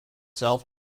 self